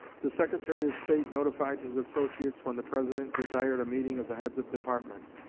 the secretary of state notified his associates when the president desired a meeting of the heads of departments.